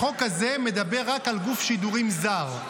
החוק הזה מדבר רק על גוף שידורים זר.